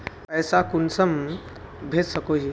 पैसा कुंसम भेज सकोही?